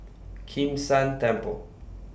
Kim San Temple